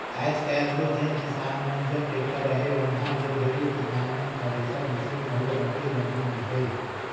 आएज काएल दो जेन किसान मन जग टेक्टर अहे ओमहा ले ढेरे किसान मन थेरेसर मसीन घलो रखे लगिन अहे